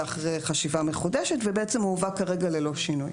אחרי חשיבה מחודשת ובעצם הוא הובא כרגע ללא שינוי.